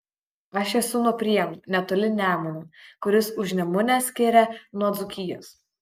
aš esu nuo prienų netoli nemuno kuris užnemunę skiria nuo dzūkijos